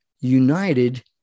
united